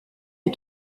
les